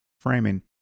framing